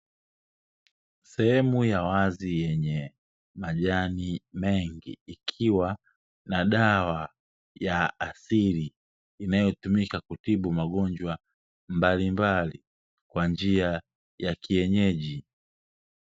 Sehemu ya wazi yenye majani mengi ikiwa na dawa ya asili, inayotumika kutibu magonjwa mbalimbali kwa njia ya kienyeji.